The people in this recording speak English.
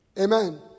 Amen